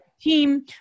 team